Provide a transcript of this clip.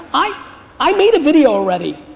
i i made a video already,